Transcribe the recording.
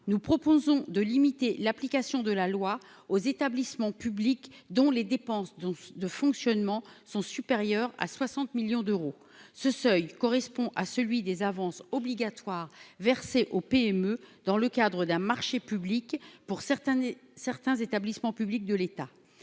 nous proposons de limiter l'application de la loi aux établissements publics, dont les dépenses donc de fonctionnement sont supérieures à 60 millions d'euros, ce seuil correspond à celui des avances obligatoire versée aux PME dans le cadre d'un marché public, pour certains, certains établissements publics de l'État